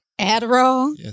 Adderall